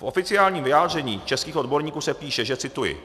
V oficiálním vyjádření českých odborníků se píše, že cituji: